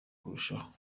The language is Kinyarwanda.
kurushaho